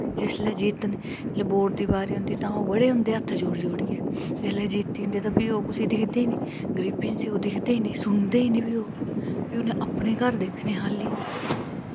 जिसलै जित्तन जिसलै वोट दी बारी औंदी तां ओह् बड़े औंदे हत्थ जोड़ी जोड़ियै जिसलै जित्ती जंदे तां फ्ही ओह् दिखदे गै नी कुसे गरीबैं आस्सै ओह् दिखदे गै नी सुनदे गै नी फ्ही उनें अपने घर दिक्खने खाल्ली